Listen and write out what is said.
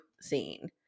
scene